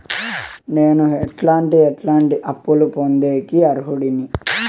నేను ఎట్లాంటి ఎట్లాంటి అప్పులు పొందేకి అర్హుడిని?